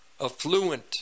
affluent